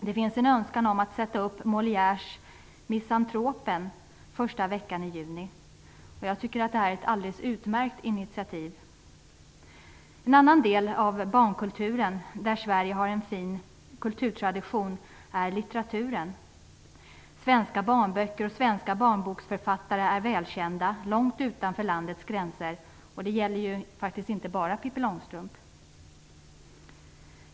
Det finns en önskan om att sätta upp Molières Misantropen den första veckan i juni. Jag tycker att det är ett alldeles utmärkt initiativ. En annan del av barnkulturen där Sverige har en fin kulturtradition är litteraturen. Svenska barnböcker och svenska barnboksförfattare är välkända långt utanför landets gränser, och det gäller faktiskt inte bara Pippi Långstrump.